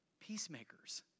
peacemakers